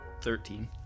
Thirteen